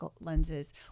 lenses